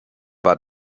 war